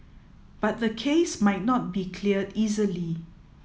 but the case might not be cleared easily